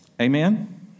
Amen